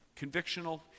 convictional